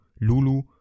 Lulu